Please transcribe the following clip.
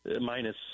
minus